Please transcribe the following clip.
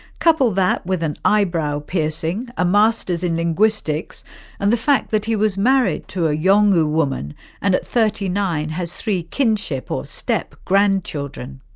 couple that with an eyebrow piercing, a masters in linguistics and the fact that he was married to a yolngu woman and at thirty nine as three kinship or step grandchildren.